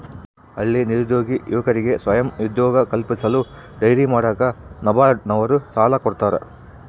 ಹಳ್ಳಿ ನಿರುದ್ಯೋಗಿ ಯುವಕರಿಗೆ ಸ್ವಯಂ ಉದ್ಯೋಗ ಕಲ್ಪಿಸಲು ಡೈರಿ ಮಾಡಾಕ ನಬಾರ್ಡ ನವರು ಸಾಲ ಕೊಡ್ತಾರ